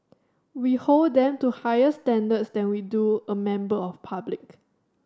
we hold them to higher standards than we do a member of public